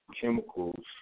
chemicals